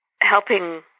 helping